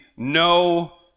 No